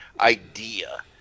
idea